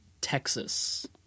texas